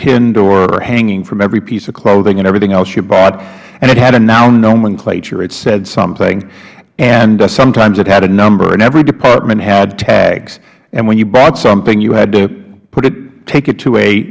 pinned or hanging from every piece of clothing and everything else you bought and it had a now nomenclature it said something and sometimes it had a number and every department had tags and when you bought something you had to put it take it to a